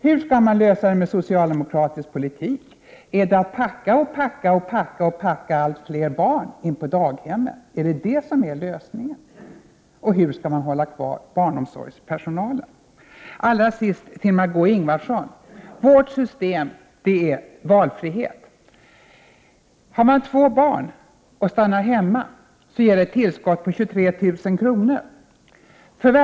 Hur skall det lösas med socialdemokratisk politik? Är lösningen att packa och packa och packa allt fler barn på daghemmen? Och hur skall ni hålla kvar barnomsorgspersonalen? Allra sist vill jag säga till Margé Ingvardsson att vårt system är valfrihet. För den som har två barn och stannar hemma ger det ett tillskott på 23 000 kr. efter skatt.